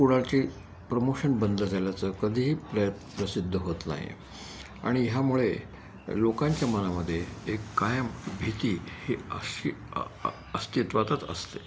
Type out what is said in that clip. कुणाची प्रमोशन बंद झाल्याचं कधीही प्रय प्रसिद्ध होत नाही आणि ह्यामुळे लोकांच्या मनामध्ये एक कायम भीती ही अशी अस्तित्वातच असते